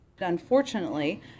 Unfortunately